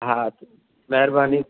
हा महिरबानी